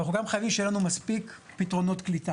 אבל אנחנו גם חייבים שיהיו לנו מספיק פתרונות קליטה.